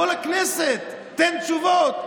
בוא לכנסת, תן תשובות.